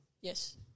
Yes